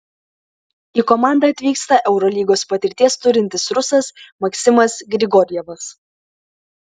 į komandą atvyksta eurolygos patirties turintis rusas maksimas grigorjevas